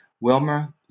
Wilmer